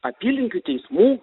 apylinkių teismų